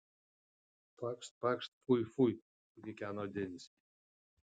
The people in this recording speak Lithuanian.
pakšt pakšt fui fui sukikeno denis